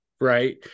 right